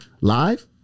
live